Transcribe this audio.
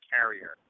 Carrier